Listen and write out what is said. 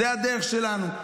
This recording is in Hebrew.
זו הדרך שלנו,